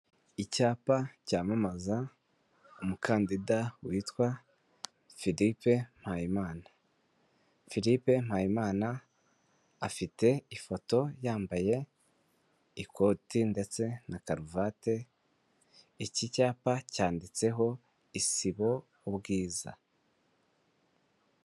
Icyapa cyamamaza umukandida witwa Philippe Mpayimana. Philippe Mpayimana, afite ifoto yambaye ikoti ndetse na karuvati. Iki cyapa cyanditseho isibo ubwiza.